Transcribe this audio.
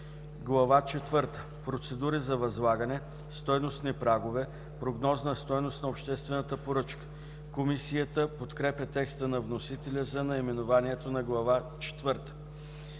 четвърта – Процедури за възлагане. Стойностни прагове. Прогнозна стойност на обществената поръчка.” Комисията подкрепя текста на вносителя за наименованието на Глава